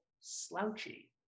slouchy